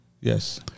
Yes